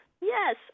Yes